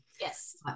yes